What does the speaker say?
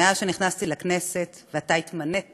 מאז שנכנסתי לכנסת ואתה התמנית